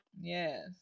Yes